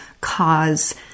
cause